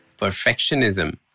perfectionism